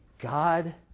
God